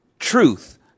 truth